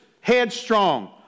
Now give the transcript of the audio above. headstrong